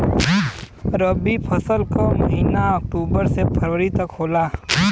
रवी फसल क महिना अक्टूबर से फरवरी तक होला